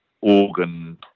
organ